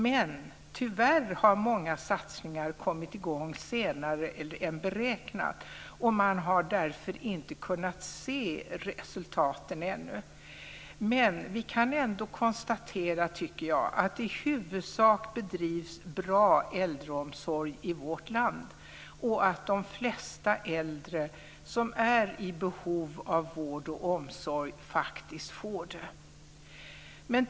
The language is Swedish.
Men tyvärr har många satsningar kommit i gång senare än beräknat. Man har därför inte kunnat se resultaten ännu. Men vi kan ändå konstatera, tycker jag, att det i huvudsak bedrivs bra äldreomsorg i vårt land och att de flesta äldre som är i behov av vård och omsorg faktiskt får det.